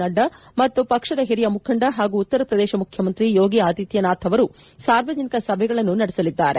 ನಡ್ಡಾ ಮತ್ತು ಪಕ್ಷದ ಹಿರಿಯ ಮುಖಂಡ ಹಾಗೂ ಉತ್ತರ ಪ್ರದೇಶದ ಮುಖ್ಯಮಂತ್ರಿ ಯೋಗಿ ಆದಿತ್ಯನಾಥ್ ಅವರು ಸಾರ್ವಜನಿಕ ಸಭೆಗಳನ್ನು ನಡೆಸಲಿದ್ದಾರೆ